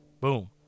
Boom